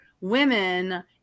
women